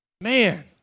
Man